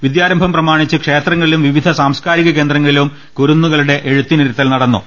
വിദ്യാരംഭം പ്രമാണിച്ച് ക്ഷേത്രങ്ങ ളിലും വിവിധ സാംസ്കാരിക കേന്ദ്രങ്ങളിലും കുരുന്നുകളെ എഴുത്തിനിരുത്തൽ നടന്നു